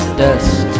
dust